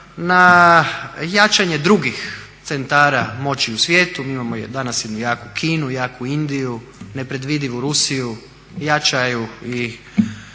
na jačanje drugih centara moći u svijetu. Mi imamo danas jednu jaku Kinu, jaku Indiju, nepredvidivu Rusiju, jačaju i